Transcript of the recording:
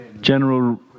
General